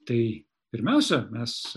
tai pirmiausia mes